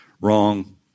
Wrong